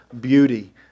beauty